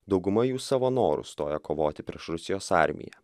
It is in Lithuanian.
dauguma jų savo noru stoja kovoti prieš rusijos armiją